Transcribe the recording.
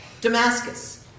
Damascus